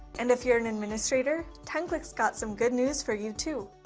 and if you're an administrator, timeclick's got some good news for you too.